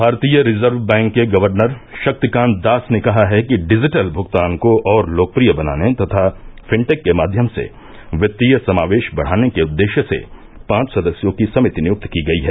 भारतीय reserve bank के गवर्नर शक्तिकांत दास ने कहा है कि डिजिटल भुगतान को और लोकप्रिय बनाने तथा फिनटेक के माध्यम से वित्तीय समावेश बढ़ाने के उद्देश्य से पांच सदस्यों की समिति नियुक्त की गई है